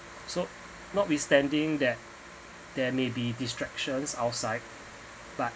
so notwithstanding that there may be distractions outside but